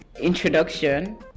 introduction